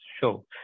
show